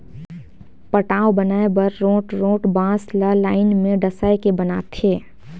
पटांव बनाए बर रोंठ रोंठ बांस ल लाइन में डसाए के बनाथे